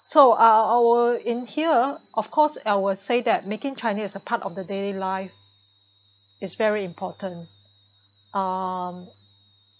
so o~ o~ our in here of course I will say that making Chinese as a part of the daily life is very important um